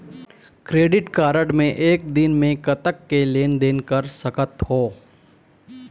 Credit card मे एक दिन म कतक के लेन देन कर सकत हो?